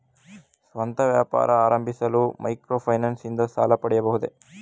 ಸ್ವಂತ ವ್ಯಾಪಾರ ಆರಂಭಿಸಲು ಮೈಕ್ರೋ ಫೈನಾನ್ಸ್ ಇಂದ ಸಾಲ ಪಡೆಯಬಹುದೇ?